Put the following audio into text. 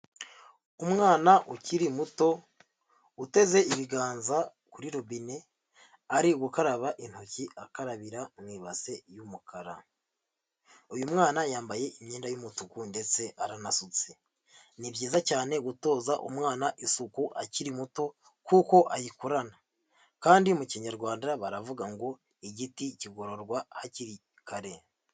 Umwana ukiri muto, uteze ibiganza kuri robine, ari gukaraba intoki akarabira mu ibase iy'umukara. Uyu mwana yambaye imyenda y'umutuku ndetse asutse, ni byiza cyane gutoza umwana isuku akiri muto, kuko ayikurana kandi mu Kinyarwanda baravuga ngo ''igiti kigororwa hakiri kare''.